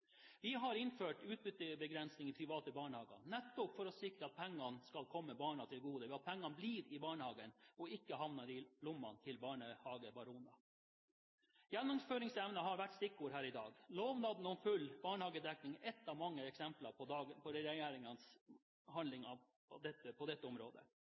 Vi har innført utbyttebegrensning i private barnehager nettopp for å sikre at pengene skal komme barna til gode ved at pengene blir i barnehagen og ikke havner i lommene til barnehagebaroner. Gjennomføringsevne har vært stikkordet her i dag – lovnaden om full barnehagedekning er ett av mange eksempler på regjeringens handlinger på dette området.